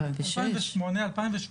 2017,